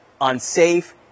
unsafe